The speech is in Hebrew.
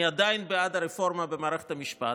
אני עדיין בעד הרפורמה במערכת המשפט,